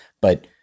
but-